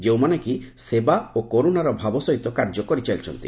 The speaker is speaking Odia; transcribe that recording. ଯେଉଁମାନେ କି ସେବା ଓ କରୁଶାର ଭାବ ସହିତ କାର୍ଯ୍ୟ କରିଚାଲିଛନ୍ତି